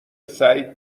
سعید